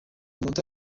amanota